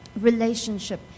relationship